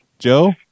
Joe